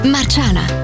Marciana